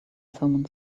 thomen